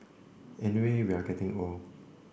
anyway we are getting old